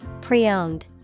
Pre-owned